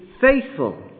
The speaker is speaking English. faithful